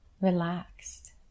Relaxed